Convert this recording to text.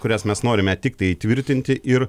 kurias mes norime tiktai įtvirtinti ir